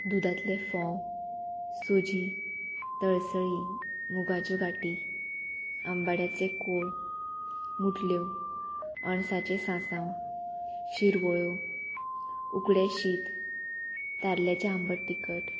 दुदांतले फोव सुजी तळसळी मुगाच्यो गाटी आंबाड्याचे कोळ मुटल्यो अणसाचे सांसांव शिरवळ्यो उकडे शीत ताल्ल्याचे आंबट तिकट